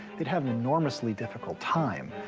they'd have an enormously difficult time,